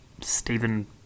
Stephen